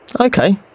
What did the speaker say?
Okay